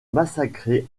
massacré